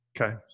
Okay